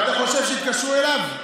ואתה חושב שהתקשרו אליו?